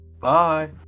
Bye